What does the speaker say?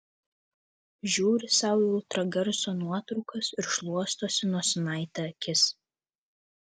žiūri sau į ultragarso nuotraukas ir šluostosi nosinaite akis